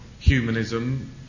humanism